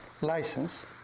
license